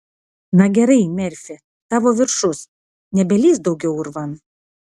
na gerai merfi tavo viršus nebelįsk daugiau urvan